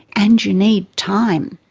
and you need time.